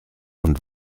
und